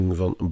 van